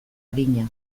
arina